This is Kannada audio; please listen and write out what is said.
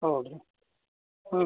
ಹೌದು ರೀ ಹ್ಞೂ ರೀ